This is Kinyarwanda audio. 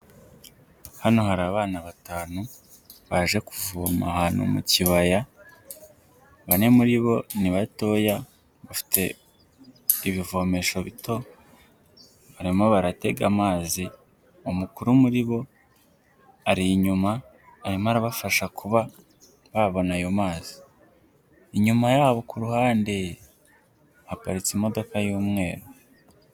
Hano hari abana batanu baje kuvoma ahantu mu kibaya bane muri bo ni batoya bafite ibivomesho bito barimo baratega amazi umukuru muri bo ari inyuma arimo arabafasha kuba babona ayo mazi inyuma yabo ku ruhande haparitse imodoka y'umweru.